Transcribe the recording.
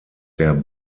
der